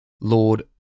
Lord